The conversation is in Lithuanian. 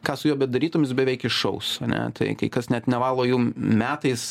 ką su juo bedarytum jis beveik iššaus ane tai kai kas net nevalo jų metais